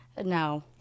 No